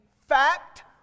fact